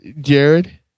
Jared